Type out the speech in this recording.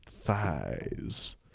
thighs